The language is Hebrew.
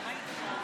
אדוני היושב-ראש,